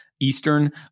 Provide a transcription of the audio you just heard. Eastern